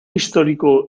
histórico